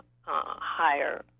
higher